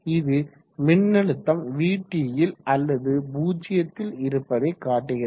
இது மின்னழுத்தம் Vtல் அல்லது 0ல் இருப்பதை காட்டுகிறது